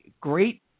great